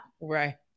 Right